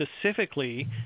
specifically